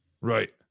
Right